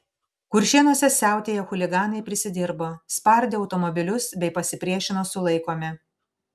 kuršėnuose siautėję chuliganai prisidirbo spardė automobilius bei pasipriešino sulaikomi